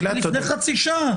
לפני חצי שעה.